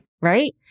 right